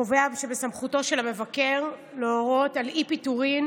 שקובע שבסמכותו של המבקר להורות על אי-פיטורים